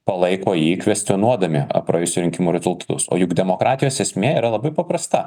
palaiko jį kvestionuodami praėjusių rinkimų rezultatus o juk demokratijos esmė yra labai paprasta